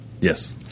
yes